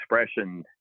expression